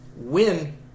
Win